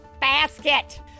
basket